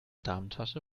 damentasche